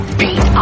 beat